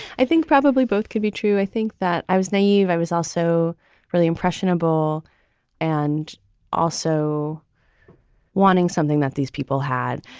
i think probably both could be true. i think that i was naive i was also really impressionable and also wanting something that these people had.